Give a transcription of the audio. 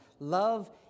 Love